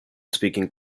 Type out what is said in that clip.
speaking